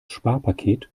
sparpaket